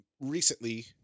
Recently